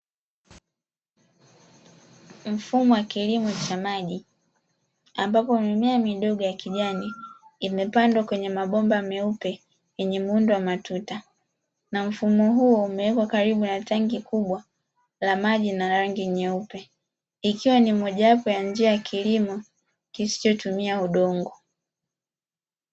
Mfumo wa kilimo cha maji ambapo mimea midogo ya kijani imepandwa kwenye mabomba meupe yenye muundo wa matuta. Na mfumo huo umewekwa karibu na tangi kubwa la maji na rangi nyeupe, ikiwa ni mojawapo ya njia ya kilimo kisichotumia udongo.